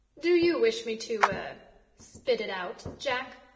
do you wish me to er spit it out, jack?